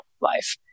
life